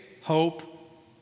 hope